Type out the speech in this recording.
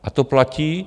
A to platí.